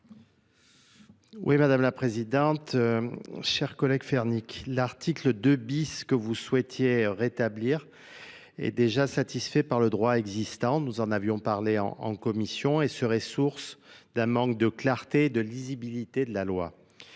Mᵐᵉ la présidente. Cher collègue Fénix, l'article deux bis que vous souhaitiez rétablir est déjà satisfait par le droit nous en avions parlé en commission et serait source de d'un manque de clarté et de lisibilité de la loi